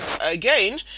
again